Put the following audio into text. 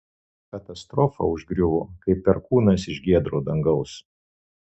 katastrofa užgriuvo kaip perkūnas iš giedro dangaus